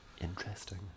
Interesting